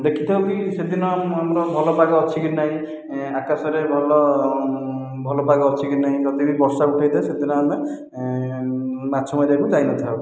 ଦେଖିଥାଉକି ସେଦିନ ଆମର ଭଲ ପାଗ ଅଛି କି ନାଇଁ ଆକାଶରେ ଭଲ ଭଲ ପାଗ ଅଛି କି ନାଇଁ ଯଦି ବି ବର୍ଷା ଉଠେଇ ଥାଏ ସେଦିନ ଆମେ ମାଛ ମାରିବାକୁ ଯାଇନଥାଉ